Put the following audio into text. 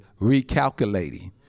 recalculating